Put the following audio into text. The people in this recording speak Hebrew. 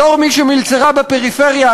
בתור מי שמִלצרה בפריפריה,